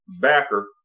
backer